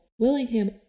Willingham